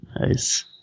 Nice